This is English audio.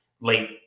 late